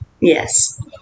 Yes